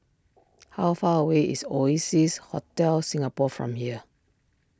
how far away is Oasis Hotel Singapore from here